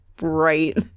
right